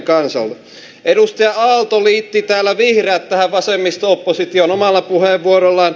edustaja aalto liitti täällä vihreät tähän vasemmisto oppositioon omalla puheenvuorollaan